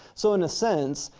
so in a sense,